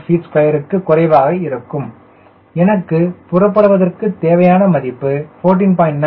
2 lbft2 க்கு குறைவாக இருக்கும் எனக்கு புறப்படுவதற்கு தேவையான மதிப்பு 14